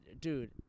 dude